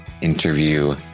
interview